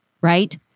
right